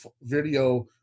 video